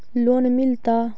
Loan मिलता?